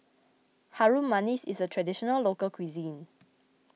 Harum Manis is a Traditional Local Cuisine